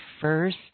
first